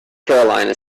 carolina